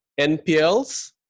NPLs